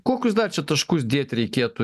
kokius dar čia taškus dėt reikėtų